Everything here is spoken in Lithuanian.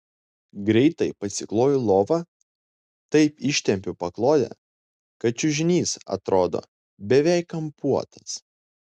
greitai pasikloju lovą taip ištempiu paklodę kad čiužinys atrodo beveik kampuotas